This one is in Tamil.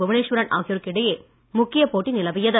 புவனேஸ்வரன் ஆகியோருக்கு இடையே முக்கியப் போட்டி நிலவியது